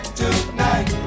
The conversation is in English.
tonight